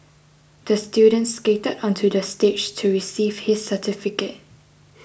the student skated onto the stage to receive his certificate